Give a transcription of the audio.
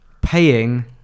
paying